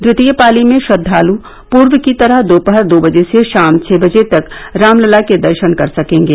द्वितीय पाली में श्रद्वालु पूर्व की तरह दोपहर दो बजे से शाम छ बजे तक रामलला के दर्शन कर सकेंगे